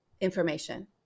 information